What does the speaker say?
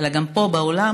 אלא גם פה באולם,